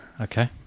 Okay